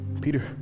Peter